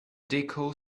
deco